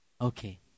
Okay